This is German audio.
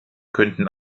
könnten